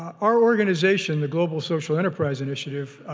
our organization, the global social enterprise initiative,